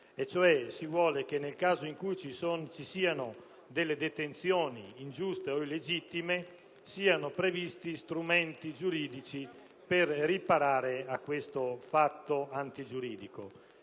a dire che nel caso in cui vi siano detenzioni ingiuste o illegittime siano previsti strumenti giuridici per riparare a questo fatto antigiuridico.